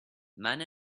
man